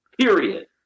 Period